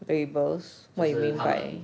labels what you mean by